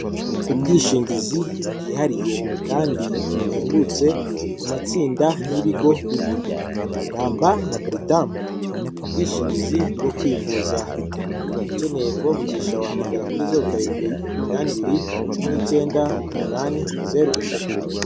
Ubwishingizi bwihariye kandi buhendutse ku matsinda n'ibigo bito ramba na Britam ubwishingizi bwo kwivuza ukeneye kubavugisha wahamagara kuri zeru karindwi iminan ibiri cumi n'icyenda umunani zeru eshatu